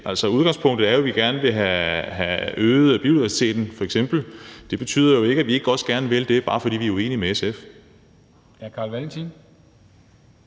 ikke. Udgangspunkt er jo, at vi f.eks. gerne vil have øget biodiversiteten. Det betyder jo ikke, at vi ikke også gerne vil det, bare fordi vi er uenige med SF.